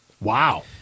wow